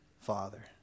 father